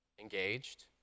Engaged